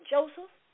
Joseph